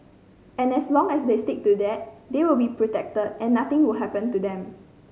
and as long as they stick to that they will be protected and nothing will happen to them